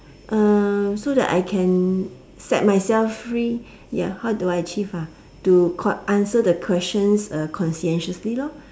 uh so that I can set myself free ya how do I achieve ah to call answer the questions uh conscientiously lor